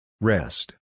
Rest